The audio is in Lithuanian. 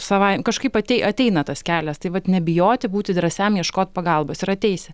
savai kažkaip atei ateina tas kelias tai vat nebijoti būti drąsiam ieškot pagalbos ir ateisi